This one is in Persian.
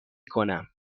کنم